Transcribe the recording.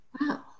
Wow